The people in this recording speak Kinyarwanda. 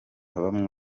bamwe